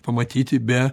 pamatyti be